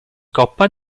coppa